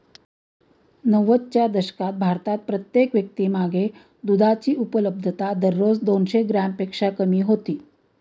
नव्वदच्या दशकात भारतात प्रत्येक व्यक्तीमागे दुधाची उपलब्धता दररोज दोनशे ग्रॅमपेक्षा कमी होती